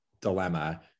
dilemma